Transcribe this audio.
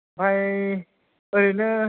ओमफाय ओरैनो